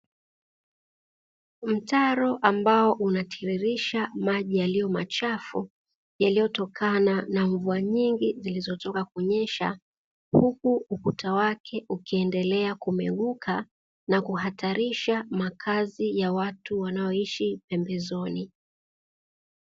Mtaro ambao unatiririsha maji yaliyo machafu yaliyotokana na mvua nyingi zilizotoka kunyesha huku ukuta wake ukiendelea kumeguka na kuhatarisha makazi ya watu wanaoishi pembezoni.